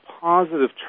positive